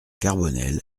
carbonel